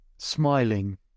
smiling